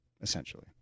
Essentially